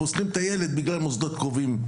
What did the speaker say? פוסלים את הילד בגלל מוסדות קרובים.